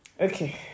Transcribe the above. okay